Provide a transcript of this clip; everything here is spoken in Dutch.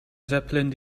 zeppelin